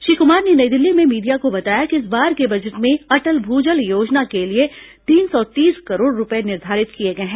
श्री कुमार ने नई दिल्ली में मीडिया को बताया कि इस बार के बजट में अटल भूजल योजना के लिए तीन सौ तीस करोड़ रुपये निर्धारित किए गए हैं